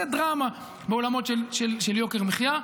זו דרמה בעולמות של יוקר מחיה.